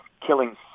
killing